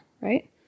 right